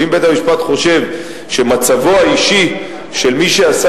אבל אם בית-המשפט חושב שמצבו האישי של מי שעשה